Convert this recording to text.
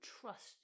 trust